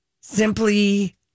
simply